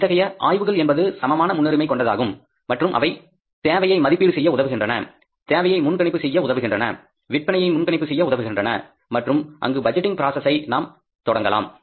இத்தகைய ஆய்வுகள் என்பது சமமான முன்னுரிமை கொண்டதாகும் மற்றும் அவை தேவையை மதிப்பீடு செய்ய உதவுகின்றன தேவையை முன்கணிப்பு செய்ய உதவுகின்றன சேல்ஸ் போர்காஸ்டிங் செய்ய உதவுகின்றன மற்றும் அங்கு பட்ஜெட்டிங் பிரசசை நாம் தொடங்கலாம்